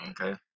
Okay